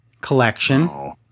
collection